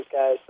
guys